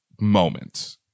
moment